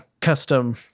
custom